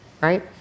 right